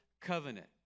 covenant